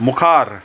मुखार